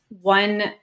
one